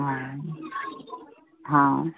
हँ हँ